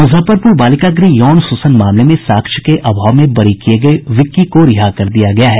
मुजफ्फरपुर बालिका गृह यौन शोषण मामले में साक्ष्य के अभाव में बरी किये गये विक्की को रिहा कर दिया गया है